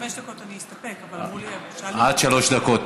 בחמש דקות אני אסתפק, אבל אמרו לי, עד שלוש דקות.